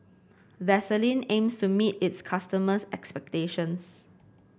Vaselin aims to meet its customers' expectations